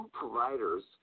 providers